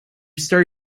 start